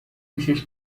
کوشش